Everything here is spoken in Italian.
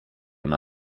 una